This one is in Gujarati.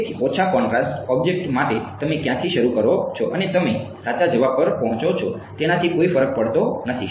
તેથી ઓછા કોન્ટ્રાસ્ટ ઑબ્જેક્ટ માટે તમે ક્યાંથી શરૂ કરો છો અને તમે સાચા જવાબ પર પહોંચો છો તેનાથી કોઈ ફરક પડતો નથી